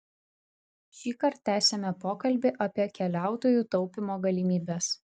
šįkart tęsiame pokalbį apie keliautojų taupymo galimybes